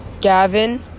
Gavin